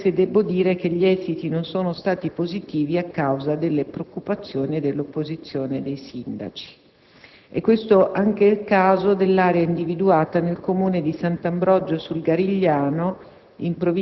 anche se debbo dire che gli esiti non sono stati positivi a causa delle preoccupazioni e dell'opposizione dei sindaci. È questo anche il caso dell'area individuata nel comune di Sant'Ambrogio sul Garigliano,